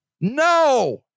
No